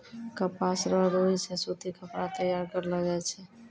कपास रो रुई से सूती कपड़ा तैयार करलो जाय छै